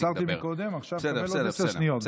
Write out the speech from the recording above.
עצרתי קודם, ועכשיו עוד עשר שניות.